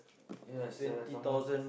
ya sia some more